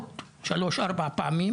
שלוש או ארבע פעמים,